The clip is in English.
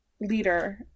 leader